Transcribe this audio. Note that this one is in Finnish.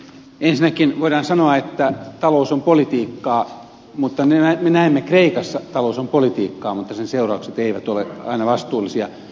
ensinnäkin voidaan sanoa että talous on politiikkaa mutta me näemme kreikassa että talous on politiikkaa mutta sen seuraukset eivät ole aina vastuullisia